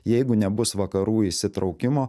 jeigu nebus vakarų įsitraukimo